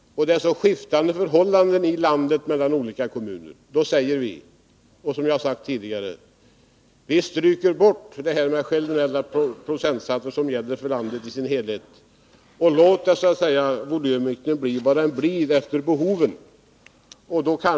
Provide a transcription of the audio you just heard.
Eftersom förhållandena är så skiftande mellan olika kommuner i landet, säger vi som vi har sagt tidigare: Vi stryker bort det här med generella procentsatser för landet i dess helhet och låter volymökningen bli vad den blir efter behoven.